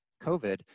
COVID